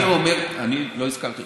אני אומר, אני לא הזכרתי אותך בשם.